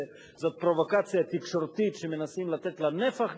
שזאת פרובוקציה תקשורתית שמנסים לתת לה נפח גדול,